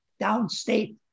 downstate